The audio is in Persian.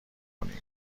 کنیم